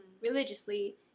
religiously